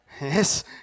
Yes